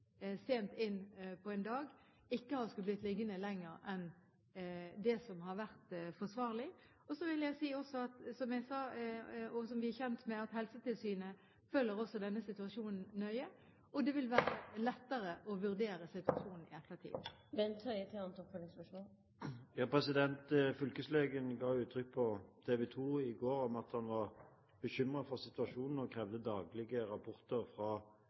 sent inn på dagen, ikke har blitt liggende lenger enn det som har vært forsvarlig. Så vil jeg også si, som jeg sa, og som vi er kjent med, at Helsetilsynet følger også denne situasjonen nøye. Det vil være lettere å vurdere situasjonen i ettertid. Fylkeslegen ga uttrykk for på TV 2 i går at han var bekymret for situasjonen og krevde daglige rapporter fra